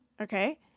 okay